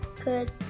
Good